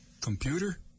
computer